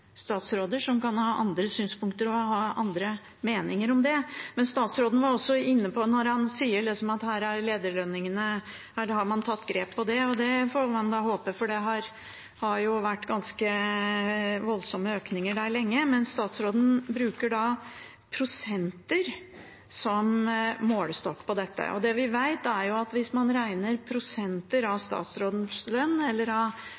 synspunkter og andre meninger om det. Statsråden var også inne på det når han sier at her har man tatt grep om lederlønningene, og det får man da håpe, for det har vært ganske voldsomme økninger der lenge. Men statsråden bruker da prosenter som målestokk på dette. Det vi vet, er at hvis man regner prosenter av statsråders lønn eller av